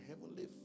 heavenly